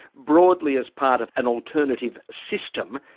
broadly as part of an alternative system,